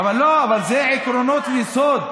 אבל לא, אלו עקרונות יסוד,